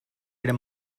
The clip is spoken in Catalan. eren